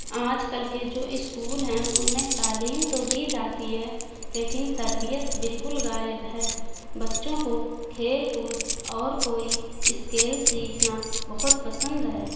آج کل کے جو اسکول ہیں ان میں تعلیم تو دی جاتی ہے لیکن تربیت بالکل غائب ہے بچوں کو کھیل کود اور کوئی اسکیل سیکھنا بہت پسند ہے